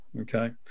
Okay